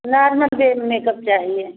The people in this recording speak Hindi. नॉर्मल में मेकअप चाहिए